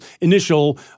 initial